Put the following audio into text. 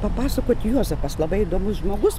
papasakoti juozapas labai įdomus žmogus